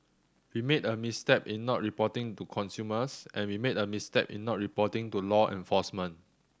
we made a misstep in not reporting to consumers and we made a misstep in not reporting to law enforcement